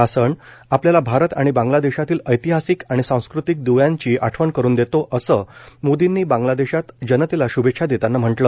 हा सण आपल्याला भारत आणि बांगलादेशातील ऐतिहासिक आणि सांस्कृतिक द्व्यांची आठवण करून देतो असं मोदींनी बांगलादेशात जनतेला श्भेच्छा देताना म्हटलं